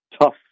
tough